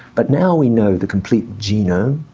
but now we know the complete genome,